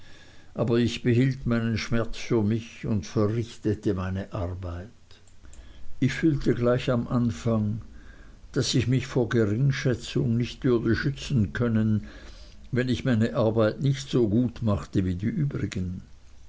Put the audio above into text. aber ich behielt meinen schmerz für mich und verrichtete meine arbeit ich fühlte gleich am anfang daß ich mich vor geringschätzung nicht würde schützen können wenn ich meine arbeit nicht so gut machte wie die übrigen